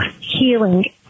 healing